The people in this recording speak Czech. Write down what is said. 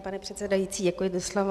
Pane předsedající, děkuji za slovo.